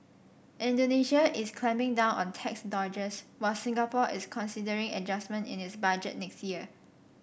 Indonesia is clamping down on tax dodgers while Singapore is considering adjustment in its budget next year